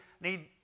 need